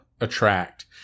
attract